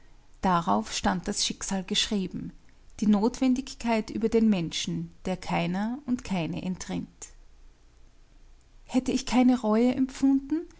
darauf stand das schicksal geschrieben die notwendigkeit über den menschen der keiner und keine entrinnt hätte ich keine reue empfunden